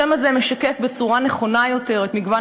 השם הזה משקף בצורה נכונה יותר את מגוון